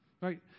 right